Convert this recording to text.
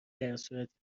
درصورتیکه